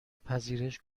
پذیرش